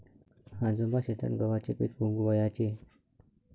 आजोबा शेतात गव्हाचे पीक उगवयाचे